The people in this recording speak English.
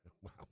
Wow